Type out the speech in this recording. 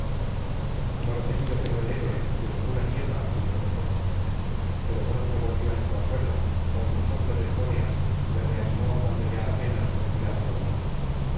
amortecido quedó el héroe y obscura niebla cubrió sus ojos pero pronto volvió en su acuerdo porque el soplo del bóreas le reanimó cuando ya apenas respirar podía